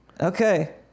Okay